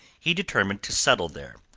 he determined to settle there,